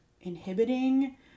inhibiting